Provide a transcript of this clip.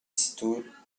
stood